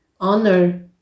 honor